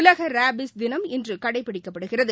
உலக ராபீஸ் தினம் இன்று கடைபிடிக்கப்படுகிறது